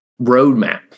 roadmap